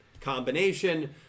combination